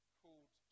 called